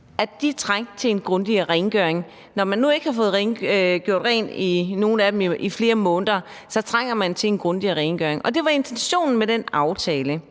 – trængte til en grundigere rengøring. Når man nu ikke har fået gjort rent i flere måneder for nogles vedkommende, trænger man til en grundigere rengøring. Det var intentionen med den aftale.